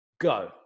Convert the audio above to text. go